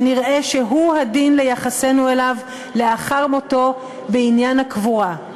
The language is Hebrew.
ונראה שהוא הדין ליחסנו אליו לאחר מותו בעניין הקבורה.